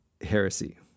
heresy